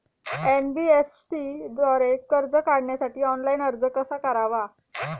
NBFC द्वारे कर्ज काढण्यासाठी ऑनलाइन अर्ज कसा करावा?